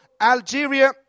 Algeria